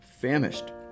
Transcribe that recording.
famished